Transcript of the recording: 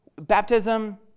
Baptism